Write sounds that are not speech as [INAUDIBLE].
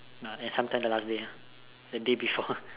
uh and sometimes the last day the day before [LAUGHS]